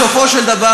בסופו של דבר